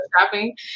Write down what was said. shopping